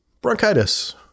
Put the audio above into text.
bronchitis